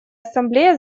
ассамблея